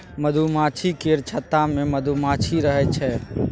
मधुमाछी केर छत्ता मे मधुमाछी रहइ छै